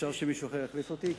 אפשר שמישהו אחר יחליף אותי?